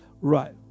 Right